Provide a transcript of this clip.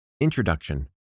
Introduction